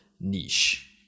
niche